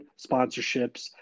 sponsorships